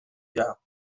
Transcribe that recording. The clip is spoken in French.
diard